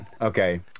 okay